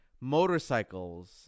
motorcycles